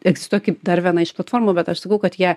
egzistuoja kaip dar viena iš platformų bet aš sakau kad jie